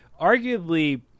arguably